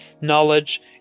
knowledge